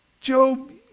Job